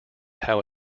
how